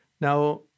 Now